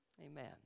Amen